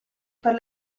per